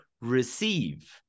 receive